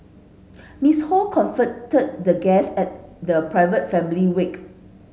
Miss Ho comforted the guests at the private family wake